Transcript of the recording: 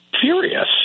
furious